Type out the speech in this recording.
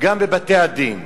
גם בבתי-הדין.